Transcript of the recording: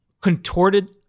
contorted